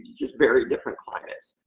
just very different climate.